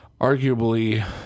Arguably